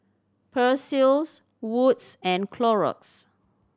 Persil Wood's and Clorox